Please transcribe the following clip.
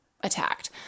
attacked